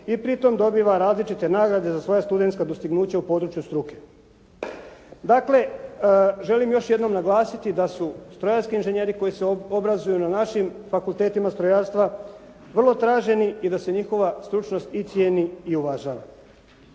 i pri tome dobiva različite nagrade za svoja studentska dostignuća u području struke. Dakle, želim još jednom naglasiti da su strojarski inženjeri koji se obrazuju na našim fakultetima strojarstva vrlo traženi i da se njihova stručnost i cijeni i uvažava.